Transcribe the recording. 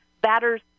batter's